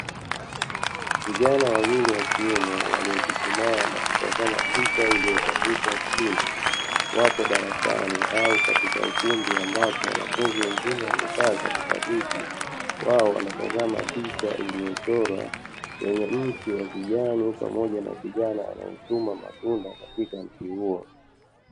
Vijana wawili wa kiume waliyochuchuma na kutazama picha iliyotandikwa chini wapo darasani au katika ukumbi ambapo wanafunzi wengine wamekaa katika viti wao wanatazama picha iliyochorwa yenye mti wa kijani pamoja na kijana anayechuma matunda katika mti huo.